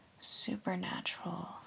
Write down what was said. supernatural